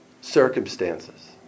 circumstances